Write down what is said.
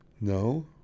No